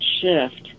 shift